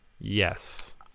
Yes